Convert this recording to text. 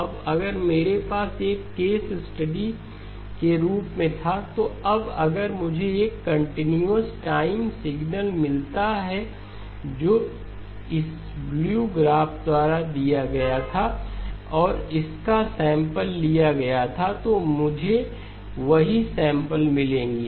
अब अगर मेरे पास एक केस स्टडी के रूप में था तो अब अगर मुझे एक कंटीन्यूअस टाइम सिग्नल मिलता है जो इस ब्लू ग्राफ द्वारा दिया गया था और इसका सैंपल लिया गया था तो मुझे वही सैंपल मिलेंगे